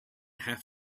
have